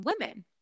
women